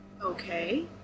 okay